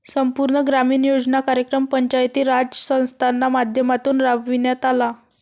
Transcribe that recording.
संपूर्ण ग्रामीण रोजगार योजना कार्यक्रम पंचायती राज संस्थांच्या माध्यमातून राबविण्यात आला